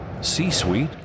C-Suite